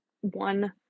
one